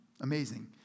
Amazing